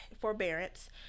forbearance